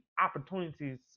opportunities